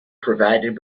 provided